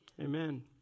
Amen